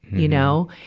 you know.